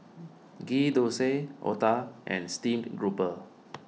Ghee Thosai Otah and Steamed Grouper